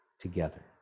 together